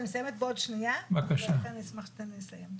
אני מסיימת בעוד שנייה ולכן אני אשמח שתיתן לי לסיים.